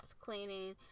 cleaning